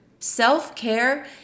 Self-care